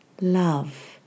love